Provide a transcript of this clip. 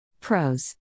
Pros